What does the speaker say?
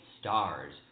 stars